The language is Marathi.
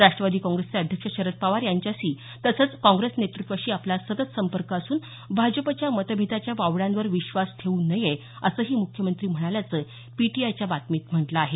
राष्ट्रवादी काँग्रेसचे अध्यक्ष शरद पवार यांच्याशी तसंच काँग्रेस नेतृत्वाशी आपला सतत संपर्क असून भाजपाच्या मतभेदाच्या वावड्यांवर विश्वास ठेवू नये असंही मुख्यमंत्री म्हणाल्याचं पीटीआयच्या बातमीत म्हटलं आहे